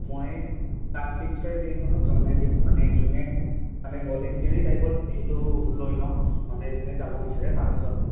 মই এই ক্লাছ টিছাৰকেইজনক জনাই দিম মানে যোনে মানে ভলেণ্টোৰী টাইপত সেইটো লৈ ল'ম মানে যোনে যাব বিচাৰে পাঁচজন